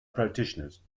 practitioners